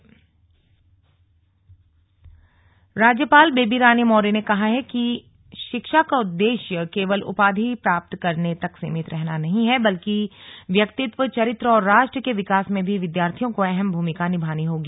दीक्षांत समारोह राज्यपाल बेबी रानी मौर्य ने कहा है कि ने शिक्षा का उद्देश्य केवल उपाधि प्राप्त करने तक सीमित रहना नहीं है बल्कि व्यक्तित्व चरित्र और राष्ट्र के विकास में भी विद्यार्थियों को अहम भूमिका निभानी होगी